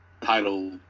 title